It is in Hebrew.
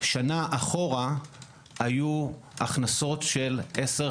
שנה אחורה היו הכנסות של 10,